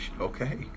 okay